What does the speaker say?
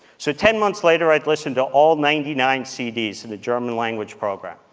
so ten months later, i'd listened to all ninety nine cds in the german language program,